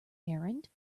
errand